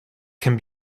can